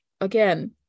again